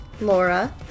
Laura